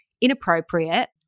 inappropriate